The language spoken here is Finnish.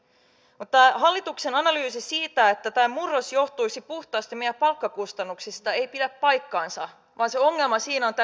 mutta tämä hallituksen analyysi siitä että tämä murros johtuisi puhtaasti meidän palkkakustannuksistamme ei pidä paikkaansa vaan se ongelma siinä on tämä tuottavuuden muutos